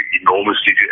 enormously